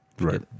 Right